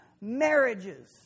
marriages